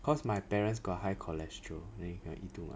cause my parents got high cholesterol then they cannot eat too much